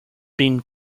been